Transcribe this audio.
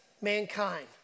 mankind